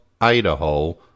Idaho